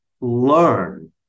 learn